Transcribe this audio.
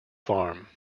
farm